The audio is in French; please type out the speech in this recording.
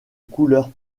couleur